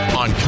on